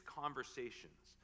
conversations